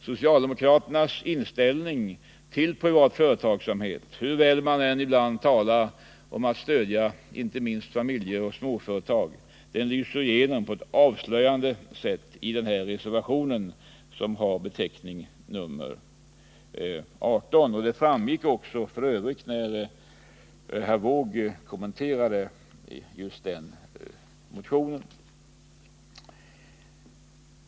Socialdemokraternas inställning till privat företagsamhet lyser igenom på ett avslöjande sätt i reservationen nr 18. Det framgick också när herr Wååg kommenterade just denna motion.